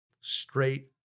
straight